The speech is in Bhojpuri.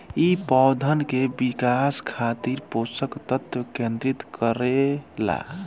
इ पौधन के विकास खातिर पोषक तत्व केंद्रित करे ला